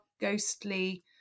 ghostly